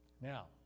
Now